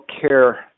care